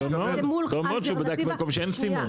טוב מאוד שבדק במקום שאין סימון.